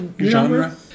genre